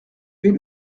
vais